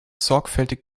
sorgfältig